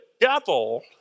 devil